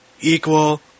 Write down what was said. equal